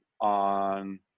on